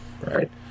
right